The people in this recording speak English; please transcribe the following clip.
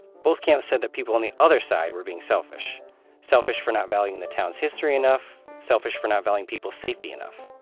both camps said that people on the other side were being selfish selfish for not valuing the town's history enough, selfish for not valuing people's safety enough